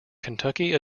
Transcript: kentucky